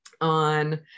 on